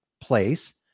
place